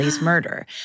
murder